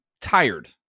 tired